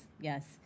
yes